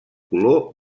color